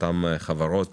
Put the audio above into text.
לאותן חברות